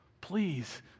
Please